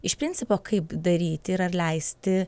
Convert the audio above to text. iš principo kaip daryti ir ar leisti